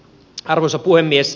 arvoisa puhemies